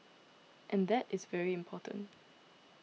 and that is very important